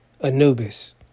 Anubis